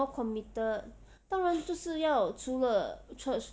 more committed 当然就是要除了 church